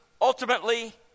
Ultimately